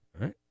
right